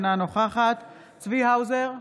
אינה נוכחת צבי האוזר,